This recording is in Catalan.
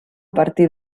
partir